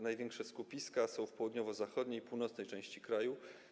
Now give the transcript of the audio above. Największe skupiska są w południowo-zachodniej i północnej części kraju.